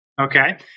Okay